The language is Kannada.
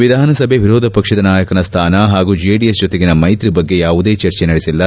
ವಿಧಾನಸಭೆ ವಿರೋಧ ಪಕ್ಷ ನಾಯಕನ ಸ್ಥಾನ ಹಾಗೂ ಜೆಡಿಎಸ್ ಜೊತೆಗಿನ ಮೈತ್ರಿ ಬಗ್ಗೆ ಯಾವುದೇ ಚರ್ಚೆ ನಡೆಸಿಲ್ಲ